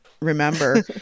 remember